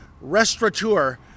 restaurateur